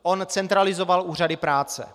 On centralizoval úřady práce.